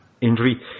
injury